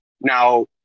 Now